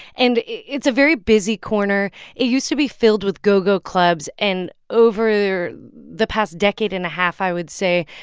and it's a very busy corner. it used to be filled with go-go clubs. and over the past decade and a half, i would say,